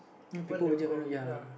you know people always ya